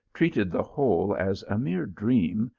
treated the whole as a mere dream,